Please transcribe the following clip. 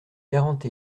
quarante